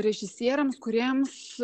režisieriams kūrėjams